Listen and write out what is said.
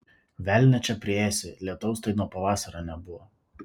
velnią čia priėsi lietaus tai nuo pavasario nebuvo